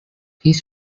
his